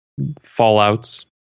fallouts